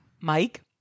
Mike